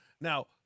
Now